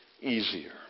easier